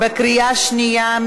בקריאה שנייה.